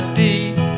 deep